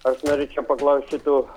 aš norėčiau paklaust šitų